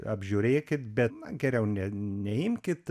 apžiūrėkit bet na geriau ne neimkit